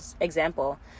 example